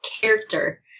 character